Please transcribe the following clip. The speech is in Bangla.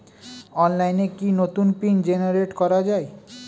অনলাইনে কি নতুন পিন জেনারেট করা যায়?